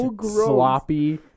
sloppy